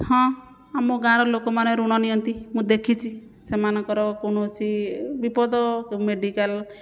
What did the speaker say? ହଁ ଆମ ଗାଁର ଲୋକମାନେ ଋଣ ନିଅନ୍ତି ମୁଁ ଦେଖିଛି ସେମାନଙ୍କର କୌଣସି ବିପଦ ମେଡ଼ିକାଲ